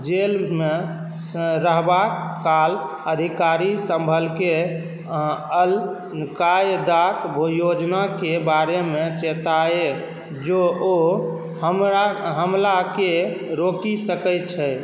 जेलमे रहबाकाल अधिकारी सम्भलके अलकायदाके योजनाके बारेमे चेताए जो ओ हमरा हमलाके रोकि सकै छै